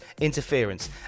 interference